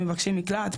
מבקשי מקלט,